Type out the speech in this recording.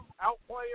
outplay